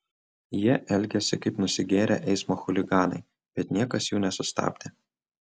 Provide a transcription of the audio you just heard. jie elgėsi kaip nusigėrę eismo chuliganai bet niekas jų nesustabdė